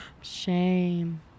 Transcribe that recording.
shame